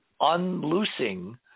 unloosing